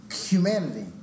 Humanity